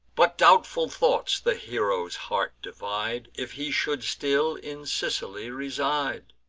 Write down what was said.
but doubtful thoughts the hero's heart divide if he should still in sicily reside,